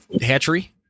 hatchery